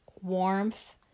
warmth